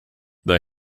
they